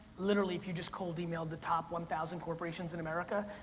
literally if you just called emailed the top one thousand corporations in america,